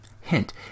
Hint